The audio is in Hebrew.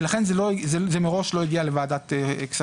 ולכן זה מראש לא הגיע לוועדת כספים,